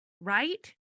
right